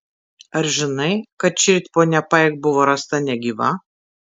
ar žinai kad šįryt ponia paik buvo rasta negyva